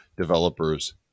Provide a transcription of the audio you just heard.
developers